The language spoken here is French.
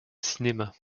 cinéma